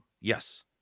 Yes